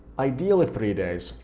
ideally three days,